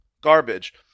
garbage